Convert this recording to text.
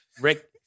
Rick